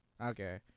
Okay